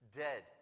dead